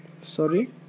Sorry